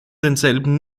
denselben